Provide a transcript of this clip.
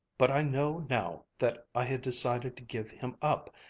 but i know now that i had decided to give him up,